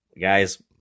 Guys